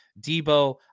Debo